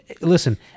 Listen